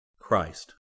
Christ